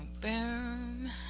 boom